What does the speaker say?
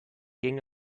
ging